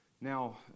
Now